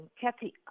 Kathy